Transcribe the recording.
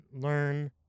learn